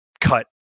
cut